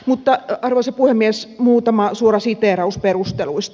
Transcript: mutta arvoisa puhemies muutama suora siteeraus perusteluista